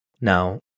Now